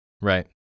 Right